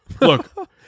Look